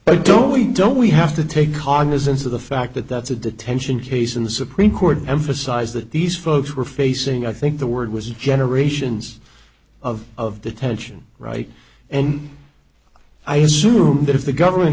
i don't we don't we have to take cognizance of the fact that that's a detention case in the supreme court emphasized that these folks were facing i think the word was generations of of the tension right and i assume that if the government